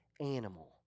animal